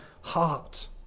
heart